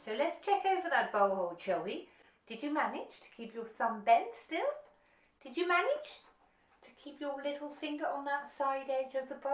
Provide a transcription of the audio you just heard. let's check over that bow hole shall we did you manage to keep your thumb bent still did you manage to keep your little finger on that side edge of the bow.